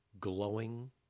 glowing